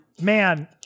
Man